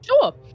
Sure